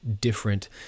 different